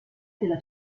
della